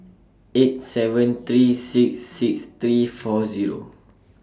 eight seven three six six three four Zero